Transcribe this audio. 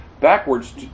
backwards